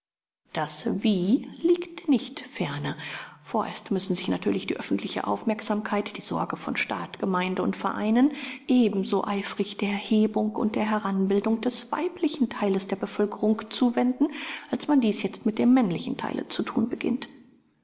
das wie liegt nicht ferne vorerst müssen sich natürlich die öffentliche aufmerksamkeit die sorge von staat gemeinde und vereinen ebenso eifrig der hebung und der heranbildung des weiblichen theiles der bevölkerung zuwenden als man dies jetzt mit dem männlichen theile zu thun beginnt